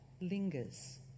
lingers